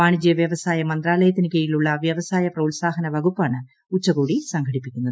വാണിജ്യവ്യവസായ മന്ത്രാലയത്തിനു കീഴിലുള്ള വ്യവസായ പ്ലൂപ്രോത്സാഹന വകുപ്പാണ് ഉച്ചകോടി സംഘടിപ്പിക്കുന്നത്